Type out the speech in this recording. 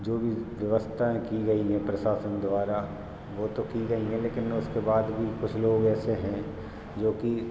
जो भी व्यवस्थाएँ की गई हैं प्रशासन द्वारा वह तो की गई हैं लेकिन उसके बाद भी कुछ लोग ऐसे हैं जोकि